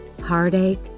heartache